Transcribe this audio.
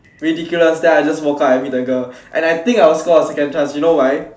ridiculous then I will just walk out and meet the girl and I think I will score a second chance you know why